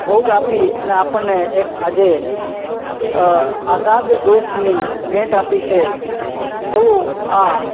ભોગ આપી અને આપણને એક આઝાદ દેશની ભેટ આપી છે એવું આ